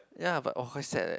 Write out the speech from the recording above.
ya but oh quite sad leh